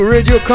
Radio